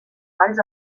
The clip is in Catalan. valls